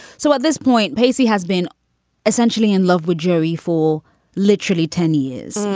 so at this point, pacey has been essentially in love with joey for literally ten years.